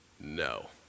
no